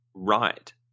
right